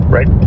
Right